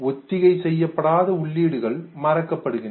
ஒத்திகை செய்யப்படாத உள்ளீடுகள் மறக்கப்படுகின்றன